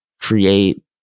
create